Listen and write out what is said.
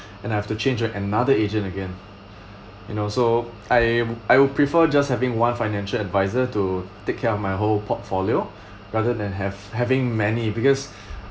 and have to change an another agent again and also I I will prefer just having one financial adviser to take care of my whole portfolio rather than have having many because